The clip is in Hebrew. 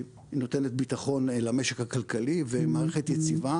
שהיא נותנת ביטחון למשק הכלכלי ומערכת יציבה